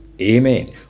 Amen